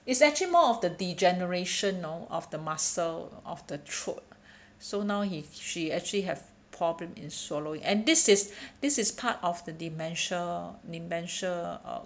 it's actually more of the degeneration know of the muscle of the throat so now he she actually have problem in swallowing and this is this is part of the dementia dementia uh